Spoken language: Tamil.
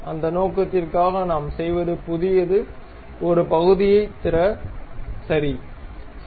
அந்த நோக்கத்திற்காக நாம் செய்வது புதியது ஒரு பகுதியைத் திற சரி